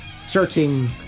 Searching